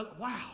Wow